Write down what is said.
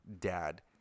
dad